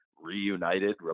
reunited